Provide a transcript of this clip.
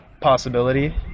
possibility